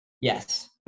Yes